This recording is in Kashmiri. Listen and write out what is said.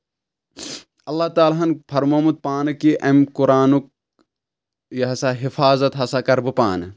اللہ تعالیٰ ہن فرمومُت پانہٕ کہِ اَمہِ قۄرانُک یہِ ہسا حِفاظت ہسا کرٕ بہٕ پانہٕ